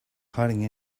hiding